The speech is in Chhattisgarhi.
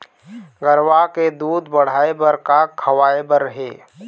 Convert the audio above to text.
गरवा के दूध बढ़ाये बर का खवाए बर हे?